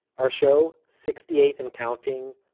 our show sixty eight and counting,